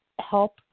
help